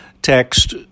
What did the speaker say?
Text